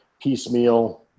piecemeal